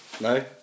No